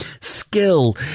skill